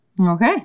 Okay